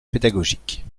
pédagogique